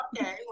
Okay